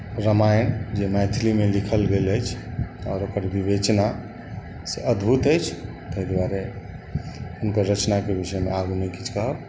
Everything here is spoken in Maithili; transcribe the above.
रामायण जे मैथिलीमे लिखल गेल अछि आओर ओकर विवेचना से अद्भुत अछि ताहि दुआरे हुनकर रचनाके विषयमे आगू नहि किछु कहब